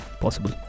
possible